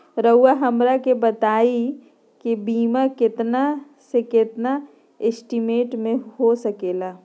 रहुआ हमरा के बताइए के बीमा कितना से कितना एस्टीमेट में हो सके ला?